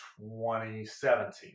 2017